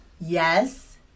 Yes